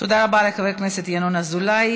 תודה רבה לחבר הכנסת ינון אזולאי.